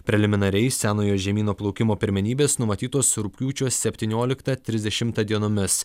preliminariai senojo žemyno plaukimo pirmenybės numatytos rugpjūčio septynioliktą trisdešimtą dienomis